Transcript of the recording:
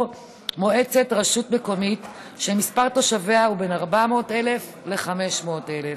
מועצת רשות מקומית שמספר תושביה הוא בין 400,000 ל-500,000.